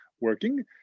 working